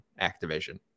Activision